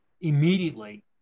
immediately